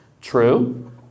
True